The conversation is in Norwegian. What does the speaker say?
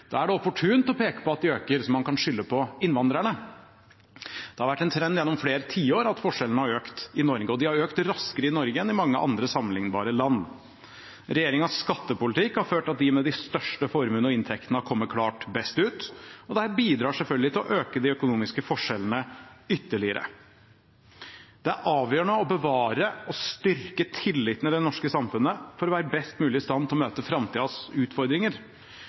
Da er det opportunt å peke på at de øker, så man kan skylde på innvandrerne. Det har vært en trend gjennom flere tiår at forskjellene har økt i Norge, og de har økt raskere i Norge enn i mange andre sammenlignbare land. Regjeringens skattepolitikk har ført til at de med de største formuene og inntektene har kommet klart best ut, og dette bidrar selvfølgelig til å øke de økonomiske forskjellene ytterligere. Det er avgjørende å bevare og styrke tilliten i det norske samfunnet for å være best mulig i stand til å møte framtidas utfordringer.